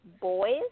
boys